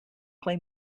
claim